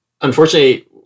unfortunately